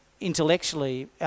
intellectually